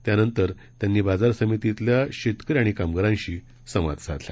यानंतर त्यांनी बाजार समितीतल्या शेतकरी आणि कामगारांशी संवाद साधला